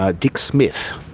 ah dick smith,